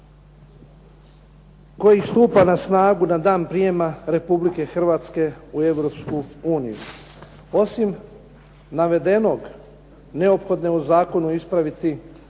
koji stupa na snagu na dan prijema Republike Hrvatske u Europsku uniju. Osim navedenog neophodno je u zakonu ispraviti